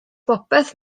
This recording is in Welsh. bopeth